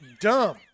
dumb